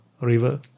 river